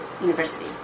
University